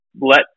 let